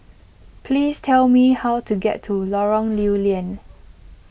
please tell me how to get to Lorong Lew Lian